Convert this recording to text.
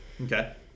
Okay